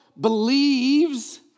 believes